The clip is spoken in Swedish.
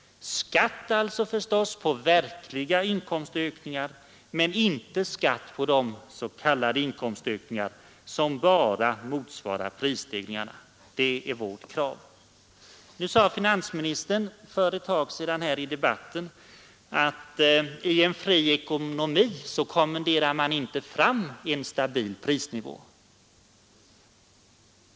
Skatt på verkliga inkomstökningar men inte skatt på de s.k. inkomstökningar som bara motsvarar prisstegringarna — det är vårt krav. Finansministern sade i debatten att i en fri ekonomi kommenderar man inte fram en stabil prisnivå.